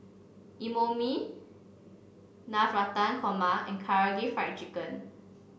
Imoni Navratan Korma and Karaage Fried Chicken